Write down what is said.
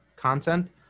content